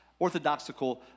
orthodoxical